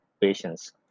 patients